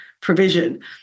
provision